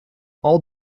all